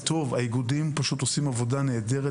שהאיגודים עושים עבודה נהדרת.